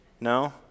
No